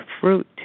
fruit